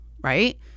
right